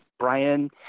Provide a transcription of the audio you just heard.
Brian